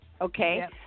Okay